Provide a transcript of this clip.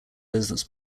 business